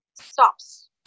stops